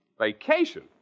Vacation